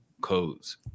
codes